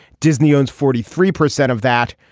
disney owns forty three percent of that.